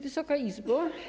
Wysoka Izbo!